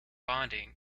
bonding